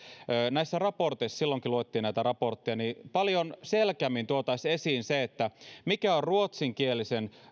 näissä raporteissa silloinkin luettiin näitä raportteja paljon selkeämmin tuotaisiin esiin mikä on ruotsinkielisen